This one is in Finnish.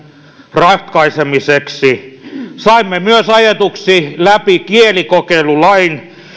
ratkaisemiseksi saimme myös ajetuksi läpi kielikokeilulain